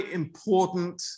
important